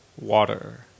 Water